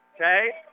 Okay